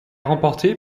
remportée